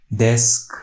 desk